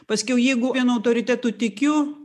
paskiau jeigu vienu autoritetu tikiu